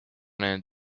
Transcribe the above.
näinud